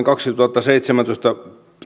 kaksituhattaseitsemäntoista